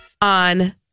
on